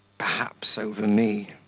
perhaps over me.